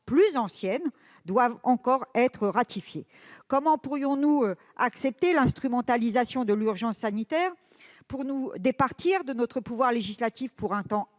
plus anciennes doivent encore être ratifiées ? Comment pourrions-nous accepter l'instrumentalisation de l'urgence sanitaire pour nous départir de notre pouvoir législatif pour un temps